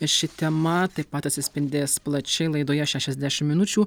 ši tema taip pat atsispindės plačiai laidoje šešiasdešimt minučių